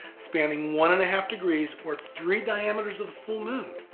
spanning one and a half degrees, or three diameters of the full moon.